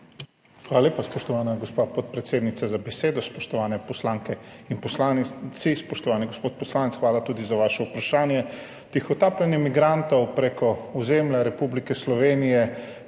Hvala lepa, spoštovana gospa podpredsednica, za besedo. Spoštovani poslanke in poslanci! Spoštovani gospod poslanec, hvala tudi za vaše vprašanje. Tihotapljenje migrantov preko ozemlja Republike Slovenije